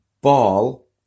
Ball